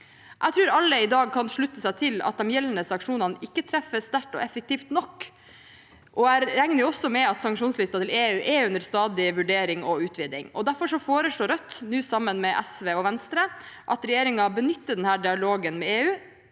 Jeg tror alle i dag kan slutte seg til at de gjeldende sanksjonene ikke treffer sterkt og effektivt nok, og jeg regner også med at sanksjonslisten til EU er under stadig vurdering og utviding. Derfor foreslår Rødt, sammen med SV og Venstre, at regjeringen benytter denne dialogen med EU